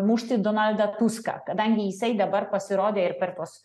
mušti donaldą tuską kadangi jisai dabar pasirodė ir per tuos